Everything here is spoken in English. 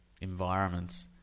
environments